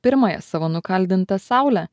pirmąją savo nukaldintą saulę